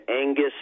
Angus